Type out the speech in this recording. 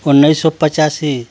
उन्नीस सौ पचासी